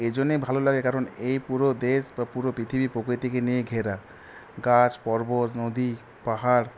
এ জন্যেই ভালো লাগে কারণ এই পুরো দেশ বা পুরো পৃথিবী প্রকৃতিকে নিয়েই ঘেরা গাছ পর্বত নদী পাহাড়